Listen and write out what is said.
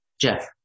Jeff